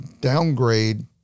downgrade